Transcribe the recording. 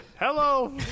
Hello